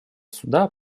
суда